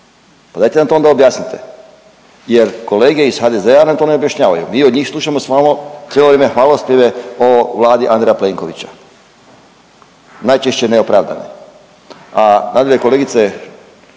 pa dajte nam to onda objasnite jer kolege iz HDZ-a nam to ne objašnjavaju, mi od njih slušamo samo cijelo vrijeme hvalospjeve o Vladi Andreja Plenkovića, najčešće neopravdano. A …/Govornik